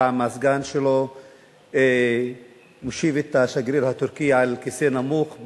פעם הסגן שלו מושיב את השגריר הטורקי על כיסא נמוך,